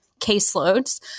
caseloads